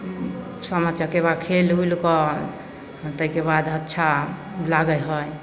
सामा चकेबा खेलि उलिकऽ ताहिके बाद अच्छा लागै हइ